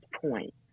point